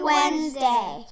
Wednesday